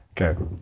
Okay